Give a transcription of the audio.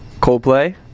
Coldplay